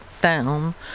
down